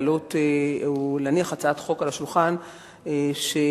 להעלות או להניח הצעת חוק על השולחן שתכיר